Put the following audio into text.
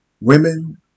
Women